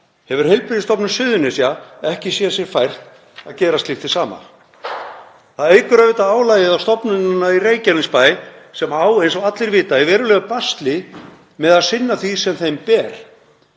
hefur Heilbrigðisstofnun Suðurnesja ekki séð sér fært að gera slíkt hið sama. Það eykur auðvitað álagið á stofnunina í Reykjanesbæ sem á, eins og allir vita, í verulegu basli með að sinna því sem henni ber.